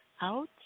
out